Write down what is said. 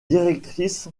directrice